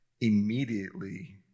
immediately